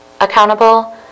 accountable